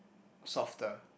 softer